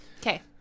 Okay